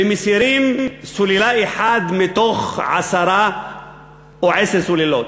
ומסירים סוללה אחת מעשר הסוללות.